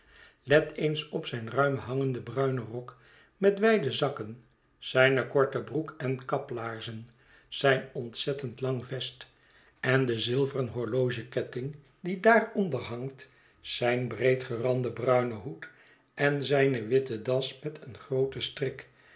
let eens op zijn ruim hangenden bruinen rok met wijde zakken zijne korte broek en kaplaarzen zijn on tzettend lang vest en den zilveren horlogeketting die daaronder hangt zijn breedgeranden bruinen boed en zijne witte das met een grooten strik